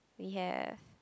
we have